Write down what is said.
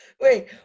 wait